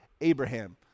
Abraham